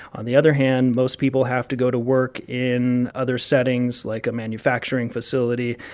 on the other hand, most people have to go to work in other settings like a manufacturing facility,